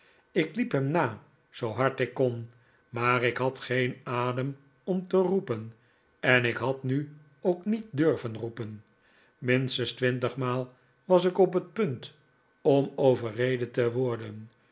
ik hep hem na zoo hard ik kon maar ik had geen adem om te roepen en ik had nu ook niet durven roepen minstens twintigmaal was ik op het punt om overreden te worden